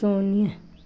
शून्य